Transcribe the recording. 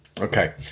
Okay